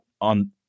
on